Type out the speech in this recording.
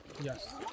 yes